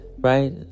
right